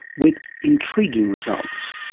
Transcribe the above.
with intriguing results.